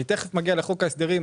אני תיכף מגיע לחוק ההסדרים,